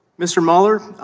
mr. mahler,